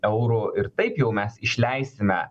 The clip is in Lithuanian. eurų ir taip jau mes išleisime